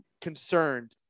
concerned